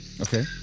Okay